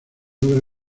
logra